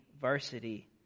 varsity